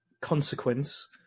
consequence